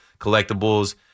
collectibles